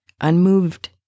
unmoved